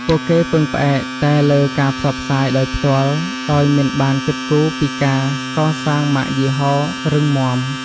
ពួកគេពឹងផ្អែកតែលើការផ្សព្វផ្សាយដោយផ្ទាល់ ដោយមិនបានគិតគូរពីការកសាងម៉ាកយីហោរឹងមាំ។